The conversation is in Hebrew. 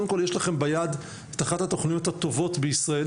קודם כל יש לכם ביד את אחת התכניות הטובות בישראל,